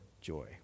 joy